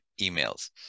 emails